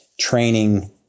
training